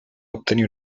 obtenir